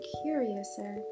curiouser